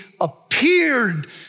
appeared